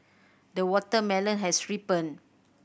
the watermelon has ripened